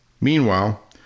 Meanwhile